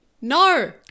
No